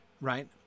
right